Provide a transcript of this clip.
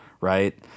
right